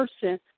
person